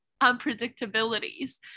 unpredictabilities